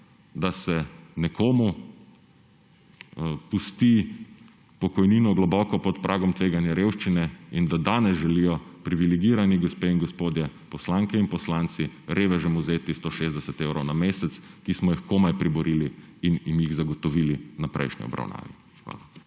da se nekomu pusti pokojnino globoko pod pragom tveganja revščine in da danes želijo privilegirani gospe in gospodje, poslanke in poslanci revežem vzeti 160 evrov na mesec, ki smo jih komaj priborili in jim jih zagotovili na prejšnji obravnavi. Hvala.